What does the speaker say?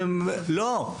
לא,